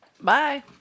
Bye